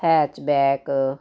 hatchback